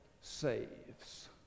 saves